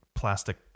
Plastic